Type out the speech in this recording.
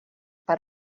per